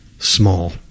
Small